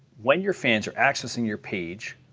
when your fans are accessing your page,